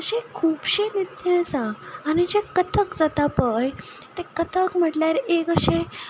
तशें खुबशें नृत्यां आसा आनी जें कथक जाता पळय तें कथक म्हटल्यार एक कशें